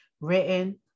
written